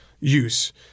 use